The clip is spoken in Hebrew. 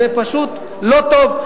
זה פשוט לא טוב,